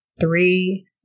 three